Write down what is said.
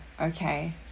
okay